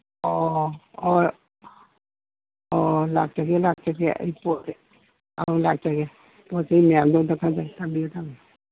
ꯑꯣ ꯍꯣꯏ ꯑꯣ ꯂꯥꯛꯆꯒꯦ ꯂꯥꯛꯆꯒꯦ ꯑꯩ ꯑꯧ ꯂꯥꯛꯆꯒꯦ ꯄꯣꯠ ꯆꯩ ꯃꯌꯥꯝꯗꯣ ꯑꯝꯇ ꯊꯝꯕꯤꯔꯣ ꯊꯝꯕꯤꯔꯣ